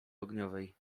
ogniowej